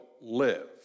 live